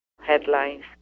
headlines